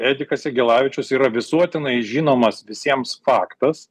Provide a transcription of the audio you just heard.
edikas jagelavičius yra visuotinai žinomas visiems faktas